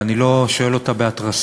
ואני לא שואל אותה בהתרסה,